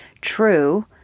true